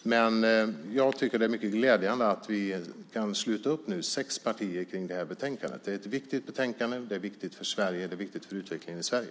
Men jag tycker att det är mycket glädjande att sex partier nu kan sluta upp kring det här betänkandet. Det är ett viktigt betänkande. Det är viktigt för Sverige, och det är viktigt för utvecklingen i Sverige.